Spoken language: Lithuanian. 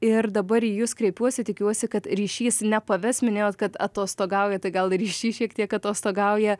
ir dabar į jus kreipiuosi tikiuosi kad ryšys nepaves minėjot kad atostogaujat tai gal ir ryšys šiek tiek atostogauja